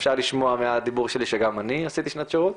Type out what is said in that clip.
אפשר לשמוע מהדיבור שלי שגם אני עשיתי שנת שירות,